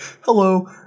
hello